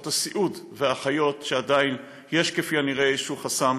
במקצועות הסיעוד והאחיות, שעדיין יש חסם.